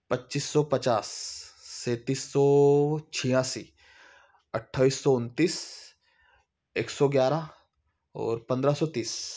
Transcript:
पच्चीस सौ पचास सैंतीस सौ छियासी अट्ठाईस सौ उनतीस एक सौ ग्यारह और पंद्रह सौ तीस